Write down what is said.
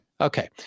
Okay